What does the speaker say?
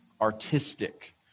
artistic